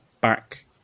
back